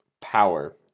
power